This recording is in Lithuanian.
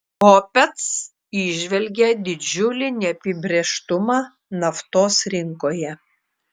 opec įžvelgia didžiulį neapibrėžtumą naftos rinkoje